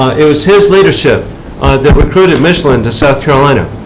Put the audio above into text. it was his leadership that recruited michelin to south carolina.